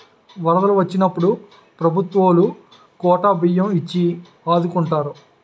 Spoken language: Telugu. వరదలు వొచ్చినప్పుడు ప్రభుత్వవోలు కోటా బియ్యం ఇచ్చి ఆదుకుంటారు